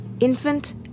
infant